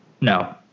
no